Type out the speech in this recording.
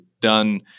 done